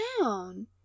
down